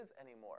anymore